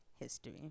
history